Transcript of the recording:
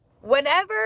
Whenever